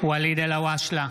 ואליד אלהואשלה,